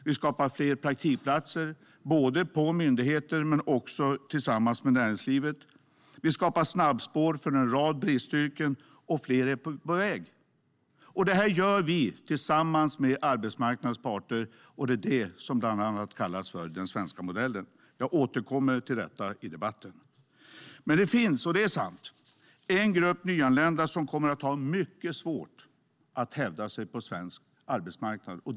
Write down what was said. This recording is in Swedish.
Vi skapar fler praktikplatser både på myndigheter men också tillsammans med näringslivet. Vi skapar snabbspår för en rad bristyrken, och fler är på väg. Det gör vi tillsammans med arbetsmarknadens parter. Det är det som bland annat kallas för den svenska modellen. Jag återkommer till detta i debatten. Det finns, och det är sant, en grupp nyanlända som kommer att ha mycket svårt att hävda sig på svensk arbetsmarknad.